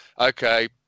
okay